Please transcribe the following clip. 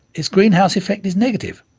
its greenhouse effect is negative,